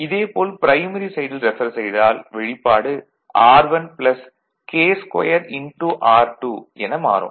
இதே போல் ப்ரைமரி சைடில் ரெபர் செய்தால் வெளிப்பாடு R1 என மாறும்